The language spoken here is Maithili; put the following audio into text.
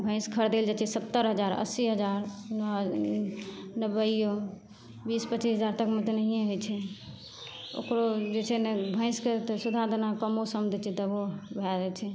भैंस खरीदयला जाइत छियै सत्तर हजार अस्सी हजार नबेओ बीस पचीस हजार तकमे तऽ नहिए होइत छै ओकरो जे छै ने भैंसके तऽ सुधा दाना कमो सम दै छियै तबो भए जाइत छै